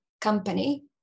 company